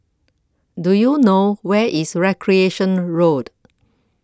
Do YOU know Where IS Recreation Road